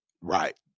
Right